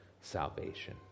salvation